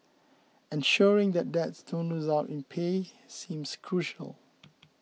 ensuring that dads don't lose out in pay seems crucial